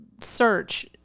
search